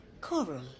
coral